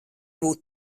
būt